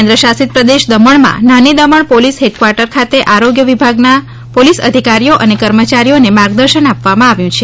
કેન્દ્ર શાસિત પ્રદેશ દમણમાં નાની દમણ પોલિસ હેડક્વાર્ટર ખાતે આરોગ્ય વિભાગના દ્રારા પોલિસ અધિકારિયો અને કર્મચારીઓને માર્ગદર્શન આપવામાં આવ્યું છે